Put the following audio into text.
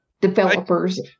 developers